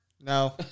no